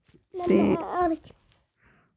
ते